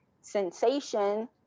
sensation